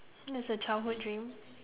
that's a childhood dream